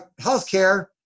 healthcare